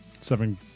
seven